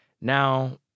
Now